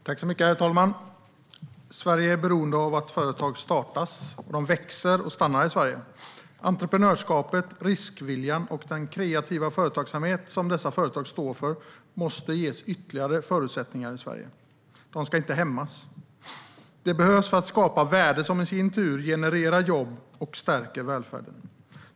Herr talman! Sverige är beroende av att företag startas och att de växer och stannar i Sverige. Entreprenörskapet, riskviljan och den kreativa företagsamhet som dessa företag står för måste ges ytterligare förutsättningar i Sverige. De ska inte hämmas. De behövs för att skapa värden, som i sin tur genererar jobb och stärker välfärden.